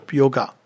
yoga